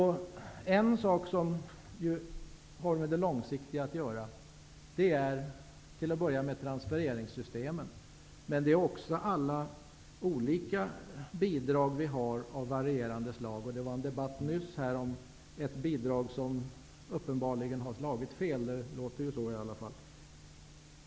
En sak som har med det långsiktiga att göra är transfereringssystemen, men det har också alla olika bidrag av varierande slag som finns. Det fördes nyss en debatt här i kammaren om ett bidrag som uppenbarligen har slagit fel -- så låter det i varje fall.